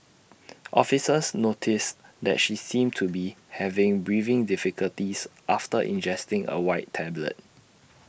officers noticed that she seemed to be having breathing difficulties after ingesting A white tablet